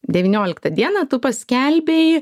devynioliktą dieną tu paskelbei